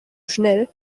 schnell